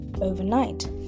overnight